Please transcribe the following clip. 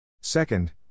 Second